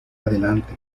adelante